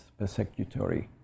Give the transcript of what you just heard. persecutory